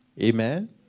Amen